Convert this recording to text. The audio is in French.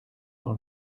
dans